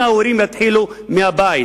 אם ההורים יתחילו, מהבית,